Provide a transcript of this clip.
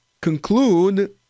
conclude